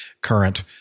current